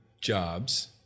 jobs